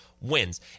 wins